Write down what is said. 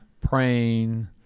praying